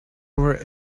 over